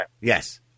Yes